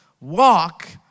walk